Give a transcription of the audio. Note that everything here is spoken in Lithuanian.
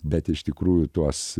bet iš tikrųjų tuos